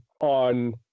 on